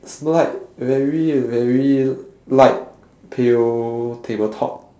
it's like very very light pale tabletop